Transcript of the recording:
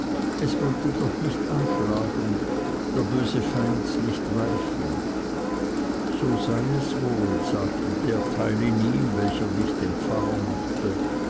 es wollte doch nicht anschlagen der böse feind nicht weichen so sei es wohl sagte der teil in ihm welcher nicht den pfarrer machte